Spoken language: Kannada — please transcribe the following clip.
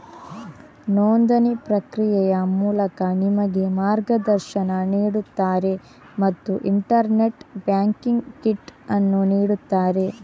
ನೋಂದಣಿ ಪ್ರಕ್ರಿಯೆಯ ಮೂಲಕ ನಿಮಗೆ ಮಾರ್ಗದರ್ಶನ ನೀಡುತ್ತಾರೆ ಮತ್ತು ಇಂಟರ್ನೆಟ್ ಬ್ಯಾಂಕಿಂಗ್ ಕಿಟ್ ಅನ್ನು ನೀಡುತ್ತಾರೆ